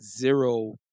zero